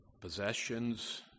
possessions